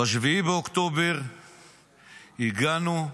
ב-7 באוקטובר הגענו,